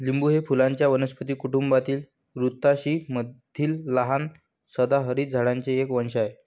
लिंबू हे फुलांच्या वनस्पती कुटुंबातील रुतासी मधील लहान सदाहरित झाडांचे एक वंश आहे